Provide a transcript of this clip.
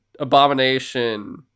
abomination